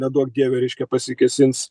neduok dieve reiškia pasikėsins